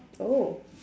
oh